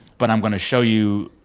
but i'm going to show you.